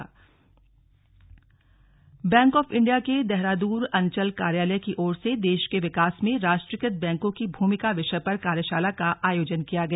slug bank of India bank of India के देहरादून अंचल कार्यालय की ओर से देश के विकास में राष्ट्रीकृत बैंकों की भूमिका विषय पर कार्यशाला का आयोजन किया गया